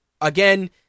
again